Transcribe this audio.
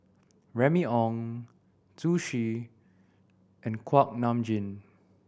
Remy Ong Zhu Xu and Kuak Nam Jin